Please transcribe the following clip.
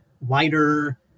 wider